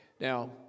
Now